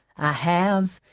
i have,